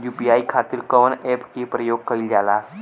UPI खातीर कवन ऐपके प्रयोग कइलजाला?